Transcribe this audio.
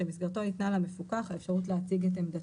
שבמסגרתו ניתנה למפוקח האפשרות להציג את עמדתו.